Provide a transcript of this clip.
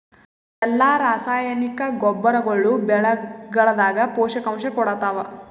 ಎಲ್ಲಾ ರಾಸಾಯನಿಕ ಗೊಬ್ಬರಗೊಳ್ಳು ಬೆಳೆಗಳದಾಗ ಪೋಷಕಾಂಶ ಕೊಡತಾವ?